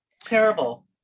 Terrible